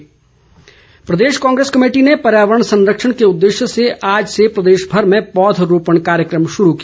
राठौर प्रदेश कांग्रेस कमेटी ने पर्यावरण संरक्षण के उद्देश्य से आज से प्रदेशभर में पौध रोपण कार्यक्रम शुरू किया